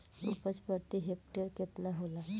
उपज प्रति हेक्टेयर केतना होला?